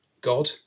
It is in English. God